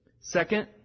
Second